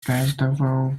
festival